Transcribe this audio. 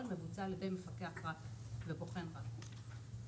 מבוצע על ידי מפקח רת"א ובוחן רת"א.